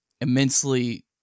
immensely